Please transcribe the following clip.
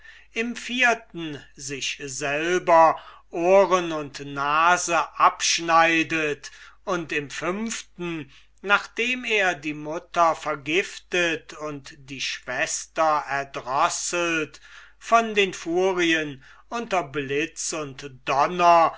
im vierten sich selber ohren und nase abschneidet und im fünften nachdem er die mutter vergiftet und die schwester erdrosselt von den furien unter blitz und donner